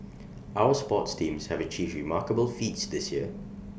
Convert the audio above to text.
our sports teams have achieved remarkable feats this year